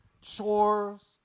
chores